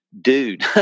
dude